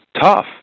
tough